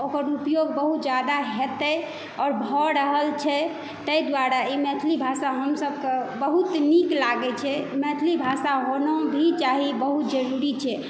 ओकर उपयोग बहुत जादा हेतै आओर भऽ रहल छै ताहि दुआरे ई मैथिली भाषा हम सबके बहुत नीक लागै छै मैथिली भाषा होनो भी चाही बहुत जरूरी छै